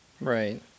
Right